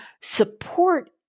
Support